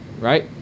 right